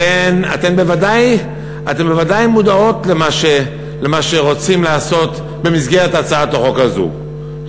אתן בוודאי מודעות למה שרוצים לעשות במסגרת הצעת החוק הזאת,